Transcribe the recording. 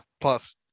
Plus